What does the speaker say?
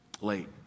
late